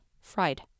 fried